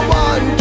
one